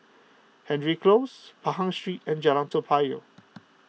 Hendry Close Pahang Street and Jalan Toa Payoh